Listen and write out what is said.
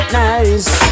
nice